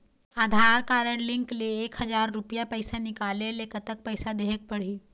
आधार card link ले एक हजार रुपया पैसा निकाले ले कतक पैसा देहेक पड़ही?